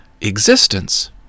existence